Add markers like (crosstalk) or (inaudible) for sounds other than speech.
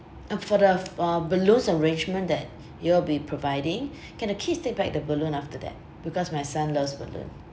oh for the f~ uh balloons arrangement that you all will be providing (breath) can the kids take back the balloon after that because my son loves balloon